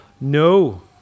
no